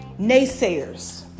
naysayers